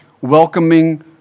welcoming